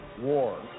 war